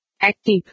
Active